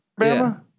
Bama